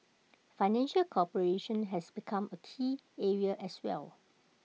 financial cooperation has become A key area as well